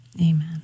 amen